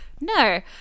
no